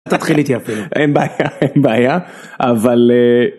אל תתחיל איתי אפילו... אין בעיה אין בעיה אבל